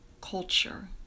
culture